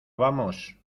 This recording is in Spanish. vamos